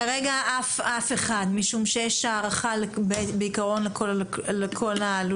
כרגע אף אחד משום שיש הארכה בעיקרון לכל הלולים.